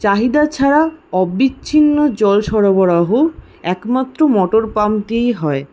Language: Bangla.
চাহিদা ছাড়া অবিচ্ছিন্ন জল সরবরাহ একমাত্র মটর পাম্প দিয়েই হয়